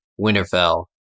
Winterfell